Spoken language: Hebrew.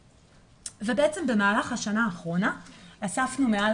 בעצם במהלך השנה האחרונה אספנו מעל